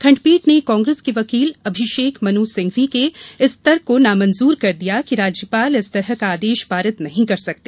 खंडपीठ ने कांग्रेस के वकील अभिषेक मन् सिंघवी के इस तर्क को नामंजूर कर दिया कि राज्यपाल इस तरह का आदेश पारित नहीं कर सकते